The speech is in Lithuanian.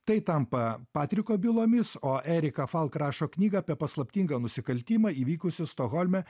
tai tampa patriko bylomis o erika falk rašo knygą apie paslaptingą nusikaltimą įvykusį stokholme